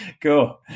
Cool